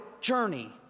journey